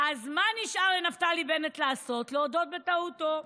אז מה נשאר לנפתלי בנט לעשות, להודות בטעותו?